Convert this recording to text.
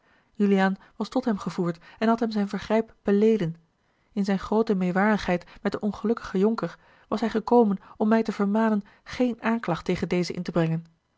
juliaan was tot hem gevoerd en had hem zijn vergrijp beleden in zijne groote meêwarigheid met den ongelukkigen jonker was hij gekomen om mij te vermanen geene aanklacht tegen dezen in te brengen